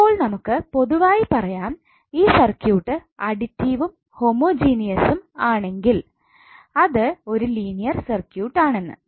അപ്പോൾ നമുക്ക് പൊതുവായി പറയാം ഈ സർക്യൂട്ട് അടിറ്റിവും ഹോമജനീയസും ആണ് എങ്കിൽ അത് ഒരു ലീനിയർ സർക്യൂട്ടാണ് എന്ന്